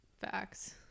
Facts